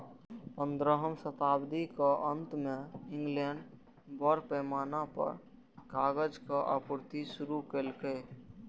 पंद्रहम शताब्दीक अंत मे इंग्लैंड बड़ पैमाना पर कागजक आपूर्ति शुरू केलकै